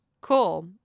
cool